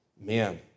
Man